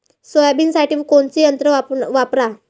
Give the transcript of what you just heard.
सोयाबीनसाठी कोनचं यंत्र वापरा?